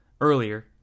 earlier